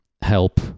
help